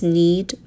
need